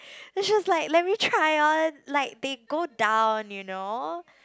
then she was like let me try on like they go down you know